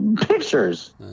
pictures